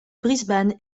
brisbane